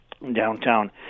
Downtown